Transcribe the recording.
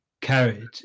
carried